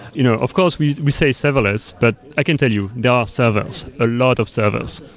you know of course, we we say serverless, but i can tell you, there are servers, a lot of servers.